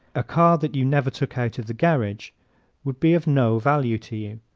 a car that you never took out of the garage would be of no value to you.